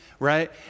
right